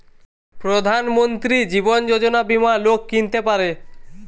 প্রধান মন্ত্রী জীবন যোজনা বীমা লোক কিনতে পারে